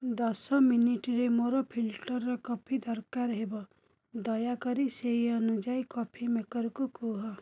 ଦଶ ମିନିଟ୍ରେ ମୋର ଫିଲ୍ଟର କଫି ଦରକାର ହେବ ଦୟାକରି ସେହି ଅନୁଯାୟୀ କଫି ମେକରକୁ କୁହ